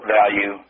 value